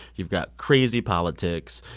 you've got crazy politics.